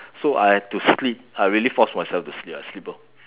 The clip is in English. so I have to sleep I really force myself to sleep I sleep lor